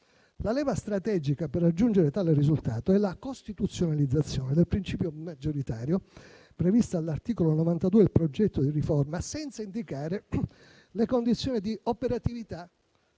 La leva strategica per raggiungere tale risultato è la costituzionalizzazione del principio maggioritario, prevista all'articolo 92 del progetto di riforma, senza indicare le condizioni di operatività